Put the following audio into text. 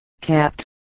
Capt